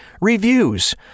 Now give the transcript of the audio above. reviews